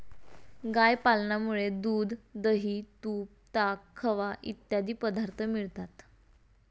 गाय पालनामुळे दूध, दही, तूप, ताक, खवा इत्यादी पदार्थ मिळतात